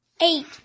Eight